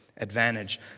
Advantage